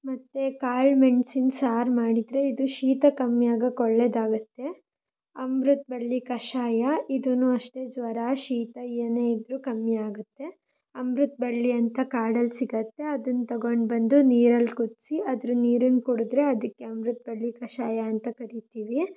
ಮತ್ತು ಕಾಳು ಮೆಣ್ಸಿನ ಸಾರು ಮಾಡಿದರೆ ಇದು ಶೀತ ಕಮ್ಮಿಯಾಗಕ್ಕೆ ಒಳ್ಳೇದಾಗುತ್ತೆ ಅಮೃತ ಬಳ್ಳಿ ಕಷಾಯ ಇದೂ ಅಷ್ಟೇ ಜ್ವರ ಶೀತ ಏನೇ ಇದ್ರೂ ಕಮ್ಮಿ ಆಗುತ್ತೆ ಅಮೃತ ಬಳ್ಳಿ ಅಂತ ಕಾಡಲ್ಲಿ ಸಿಗುತ್ತೆ ಅದನ್ನ ತಗೊಂಡು ಬಂದು ನೀರಲ್ಲಿ ಕುದಿಸಿ ಅದ್ರ ನೀರನ್ನ ಕುಡಿದ್ರೆ ಅದಕ್ಕೆ ಅಮೃತ ಬಳ್ಳಿ ಕಷಾಯ ಅಂತ ಕರೀತೀವಿ